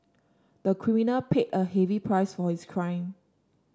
the criminal paid a heavy price for his crime